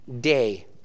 day